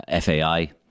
FAI